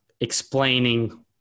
explaining